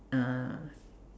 uh